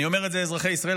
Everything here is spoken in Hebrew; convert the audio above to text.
אני אומר את זה לאזרחי ישראל,